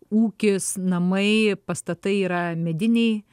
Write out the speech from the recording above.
ūkis namai pastatai yra mediniai